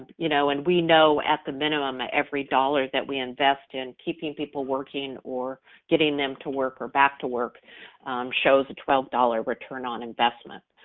you know, and we know at the minimum that every dollar that we invest in keeping people working or getting them to work or back to work shows twelve dollars return on investment.